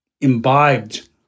imbibed